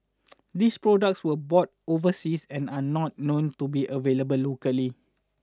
these products were bought overseas and are not known to be available locally